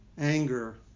anger